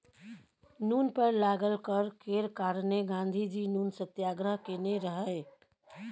नुन पर लागल कर केर कारणेँ गाँधीजी नुन सत्याग्रह केने रहय